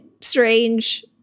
strange